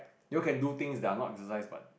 you all can do things that are not exercise but